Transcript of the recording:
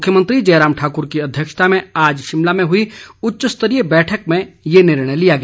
मुख्यमंत्री जयराम ठाकुर की अध्यक्षता में आज शिमला में हुई उच्च स्तरीय बैठक में ये निर्णय लिया गया